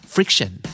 Friction